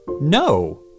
No